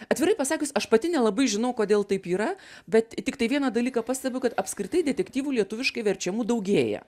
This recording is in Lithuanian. atvirai pasakius aš pati nelabai žinau kodėl taip yra bet tiktai vieną dalyką pastebiu kad apskritai detektyvų lietuviškai verčiamų daugėja